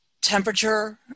temperature